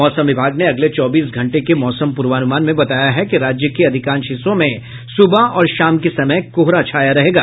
मौसम विभाग ने अगले चौबीस घंटे के मौसम पूर्वानुमान में बताया है कि राज्य के अधिकांश हिस्सों में सुबह और शाम के समय कोहरा छाया रहेगा